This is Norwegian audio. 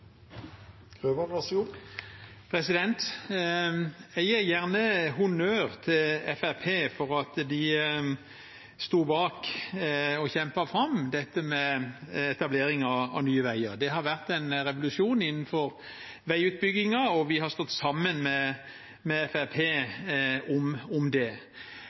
Jeg gir gjerne honnør til Fremskrittspartiet for at de sto bak og kjempet fram dette med etablering av Nye Veier. Det har vært en revolusjon innenfor veiutbyggingen, og vi har stått sammen med Fremskrittspartiet om det. Men når en husker etableringen av Nye Veier, var det